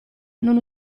non